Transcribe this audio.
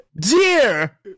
Dear